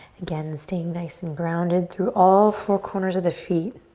again, staying nice and grounded through all four corners of the feet.